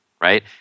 right